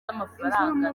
amafaranga